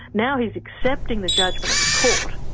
now he is accepting the judgement of the court,